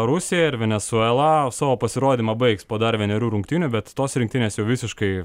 rusija ir venesuela savo pasirodymą baigs po dar vienerių rungtynių bet tos rinktinės jau visiškai